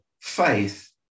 faith